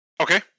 Okay